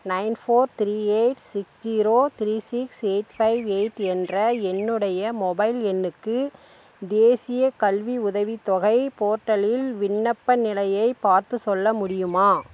nine four three eight six zero three six eight five eight என்ற என்னுடைய mobile எண்ணுக்கு தேசிய கல்வி உதவித் தொகை போர்ட்டலில் விண்ணப்ப நிலையை பார்த்து சொல்ல முடியுமா